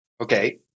Okay